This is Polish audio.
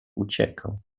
uciekał